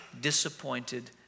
disappointed